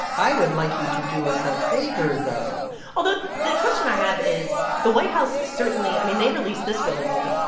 i would like you to do us a favor, though although, the question i have is the white house certainly i mean, they released this willingly.